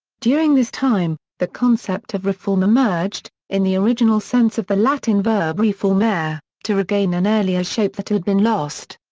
during this time, the concept of reform emerged, in the original sense of the latin verb re-formare, to regain an earlier shape that had been lost.